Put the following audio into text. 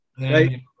Right